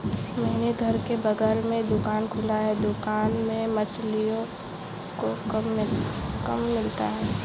मेरे घर के बगल में दुकान खुला है दुकान में महिलाओं को काम मिलता है